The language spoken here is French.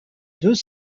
deux